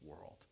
world